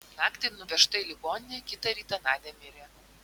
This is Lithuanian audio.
naktį nuvežta į ligoninę kitą rytą nadia mirė